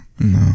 No